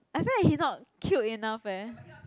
I feel like he not cute enough eh